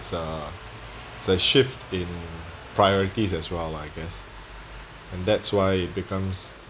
it's uh it's a shift in priorities as well lah I guess and that's why it becomes